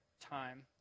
time